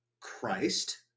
Christ